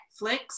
netflix